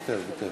ויתר,